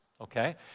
Okay